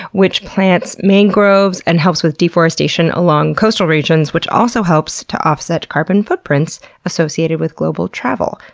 which plants mangroves and helps with deforestation along coastal regions, which also helps to offset carbon footprints associated with global travel.